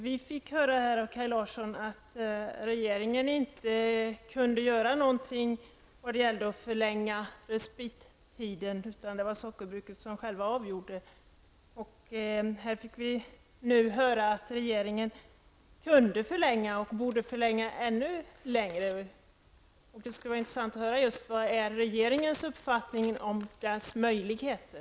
Vi fick höra att regeringen inte kunde göra något vad gällde att förlänga respittiden. Det var sockerbruken som själva fällde avgörandet. Här fick vi nu höra att regeringen kunde förlänga och borde förlänga mer. Vad är regeringens uppfattning om dess möjligheter?